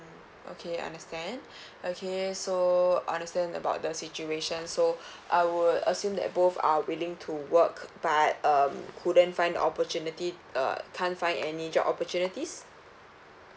okay I understand okay so understand about the situation so I would assume that both are willing to work but um couldn't find the opportunity uh can't find any job opportunities